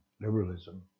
liberalism